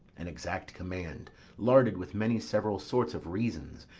an exact command larded with many several sorts of reasons,